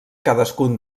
cadascun